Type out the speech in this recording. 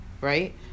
right